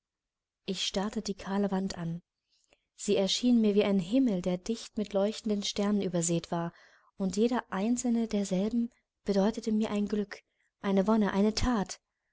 ich starrte die kahle wand an sie erschien mir wie ein himmel der dicht mit leuchtenden sternen übersäet war und jeder einzelne derselben bedeutete mir ein glück eine wonne eine that